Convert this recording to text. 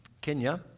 Kenya